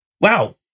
wow